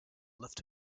left